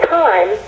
time